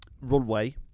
runway